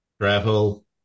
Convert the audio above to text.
Travel